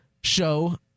show